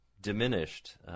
diminished